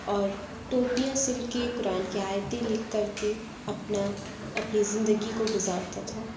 اور ٹوپیاں سِل کے قرآن کی آیتیں لِکھ کر کے اپنا اپنی زندگی کو گُزارتا تھا